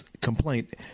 complaint